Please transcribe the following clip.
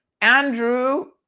Andrew